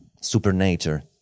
Supernature